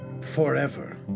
forever